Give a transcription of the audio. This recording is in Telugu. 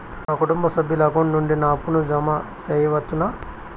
నా కుటుంబ సభ్యుల అకౌంట్ నుండి నా అప్పును జామ సెయవచ్చునా?